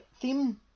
theme